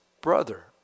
brother